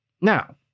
Now